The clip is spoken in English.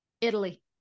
Italy